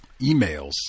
emails